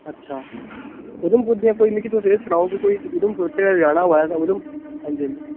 अच्छा उधमपुर दियां कोई तुस मिकी एह् सनाओ कि उधमपुर च जे जाना होवै उधम हां जी हां जी